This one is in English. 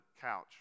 couch